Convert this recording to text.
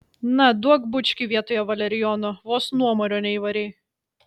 na duok bučkį vietoje valerijono vos nuomario neįvarei